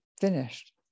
finished